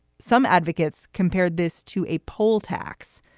some advocates compared this to a poll tax,